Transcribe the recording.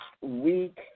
week